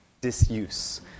disuse